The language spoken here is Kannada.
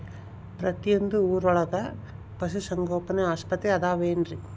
ಪ್ರತಿಯೊಂದು ಊರೊಳಗೆ ಪಶುಸಂಗೋಪನೆ ಆಸ್ಪತ್ರೆ ಅದವೇನ್ರಿ?